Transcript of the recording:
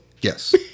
Yes